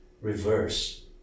reverse